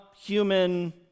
human